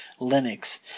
Linux